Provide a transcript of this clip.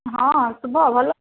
ହଁ ଶୁଭ ଭଲ